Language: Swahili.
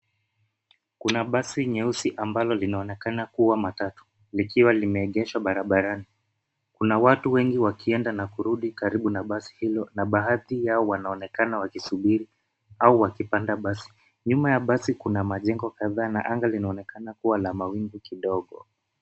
Kuna basi jeusi ambalo linaonekana kuwa matatu likiwa limeegeshwa barabarani. Kuna watu wengi wakienda na kurudi karibu na basi hilo na baadhi yao wanaonekana wakisubiri au wakipanda basi. Nyuma ya basi kuna majengo kadhaa na anga linaonekana kuwa la mawingu kidogo.